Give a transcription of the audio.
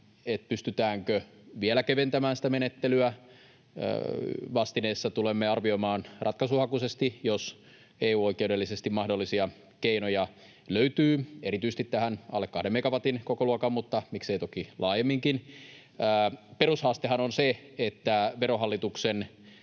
pystytäänkö vielä keventämään sitä menettelyä. Vastineessa tulemme arvioimaan ratkaisuhakuisesti, jos EU-oikeudellisesti mahdollisia keinoja löytyy erityisesti tähän alle kahden megawatin kokoluokkaan mutta miksei toki laajemminkin. Perushaastehan on se, että Verohallituksen